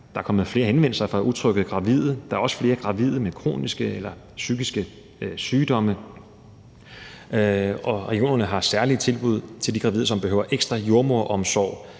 Der er kommet flere henvendelser fra utrygge gravide. Der er også flere gravide med kroniske eller psykiske sygdomme. Og regionerne har særlige tilbud til de gravide, som behøver ekstra jordemoderomsorg,